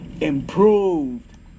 Improved